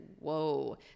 whoa